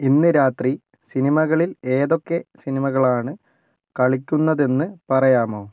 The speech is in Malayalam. ഇന്ന് രാത്രി സിനിമകളിൽ ഏതൊക്കെ സിനിമകളാണ് കളിക്കുന്നതെന്ന് പറയാമോ